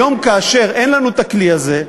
היום, כאשר אין לנו הכלי הזה,